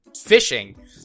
fishing